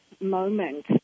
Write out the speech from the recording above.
moment